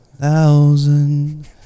thousand